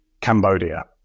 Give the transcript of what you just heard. Cambodia